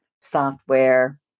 software